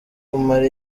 umara